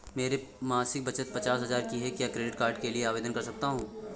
मेरी मासिक बचत पचास हजार की है क्या मैं क्रेडिट कार्ड के लिए आवेदन कर सकता हूँ?